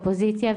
אופוזיציה,